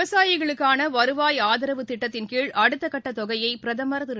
விவசாயிகளுக்கான வருவாய் ஆதரவு திட்டத்தின்கீழ் அடுத்தக்கட்ட தொகையை பிரதமர் திரு